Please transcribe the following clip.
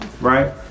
Right